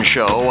Show